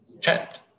chat